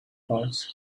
parts